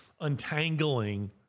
untangling